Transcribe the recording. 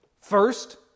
First